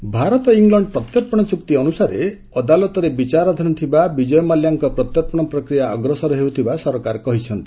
MEA Mallya Bharat England ପ୍ରତ୍ୟର୍ପଣ ଚୁକ୍ତି ଅନୁସାରେ ଅଦାଲତରେ ବିଚାରାଧିନ ଥିବା ବିଜୟ ମାଳ୍ୟାଙ୍କ ପ୍ରତ୍ୟର୍ପଣ ପ୍ରକ୍ରିୟା ଅଗ୍ରସର ହେଉଥିବା ସରକାର କହିଛନ୍ତି